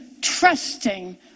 trusting